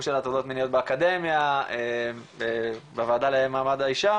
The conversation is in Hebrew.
של הטרדות מיניות באקדמיה והוועדה למעמד האישה